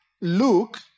Luke